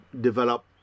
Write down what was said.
develop